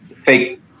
fake